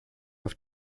auf